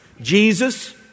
Jesus